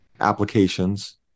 applications